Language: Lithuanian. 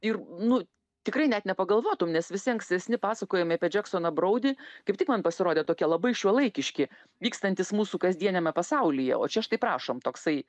ir nu tikrai net nepagalvotum nes visi ankstesni pasakojimai apie džeksoną broudį kaip tik man pasirodė tokie labai šiuolaikiški vykstantys mūsų kasdieniame pasaulyje o čia štai prašom toksai